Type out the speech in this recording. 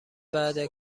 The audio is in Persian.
بعده